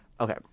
Okay